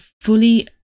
fully